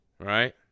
Right